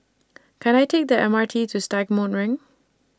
Can I Take The M R T to Stagmont Ring